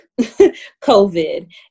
COVID